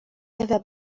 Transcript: ewa